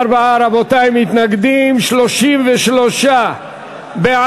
64, רבותי, מתנגדים, 33 בעד.